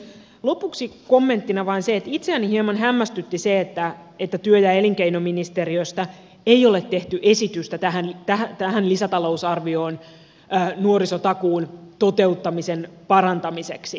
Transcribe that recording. lopuksi kommenttina vain se että itseäni hieman hämmästytti se että työ ja elinkeinoministeriöstä ei ole tehty esitystä tähän lisätalousarvioon nuorisotakuun toteuttamisen parantamiseksi